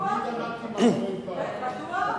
תמיד עמדתי מאחורי דברי.